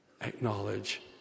acknowledge